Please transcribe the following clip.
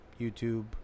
YouTube